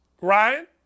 Ryan